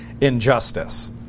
injustice